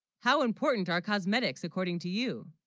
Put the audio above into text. how important our cosmetics according to you